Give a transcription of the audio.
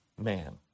man